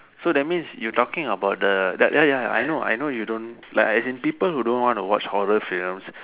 so that means you talking about the that ya ya I know I know you don't like as in people who don't want to watch horror films